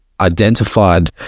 identified